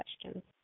questions